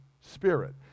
spirit